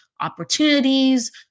opportunities